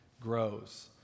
grows